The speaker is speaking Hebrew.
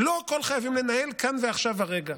לא הכול חייבים לנהל כאן ועכשיו הרגע.